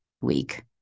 week